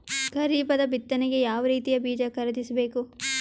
ಖರೀಪದ ಬಿತ್ತನೆಗೆ ಯಾವ್ ರೀತಿಯ ಬೀಜ ಖರೀದಿಸ ಬೇಕು?